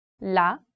la